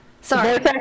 Sorry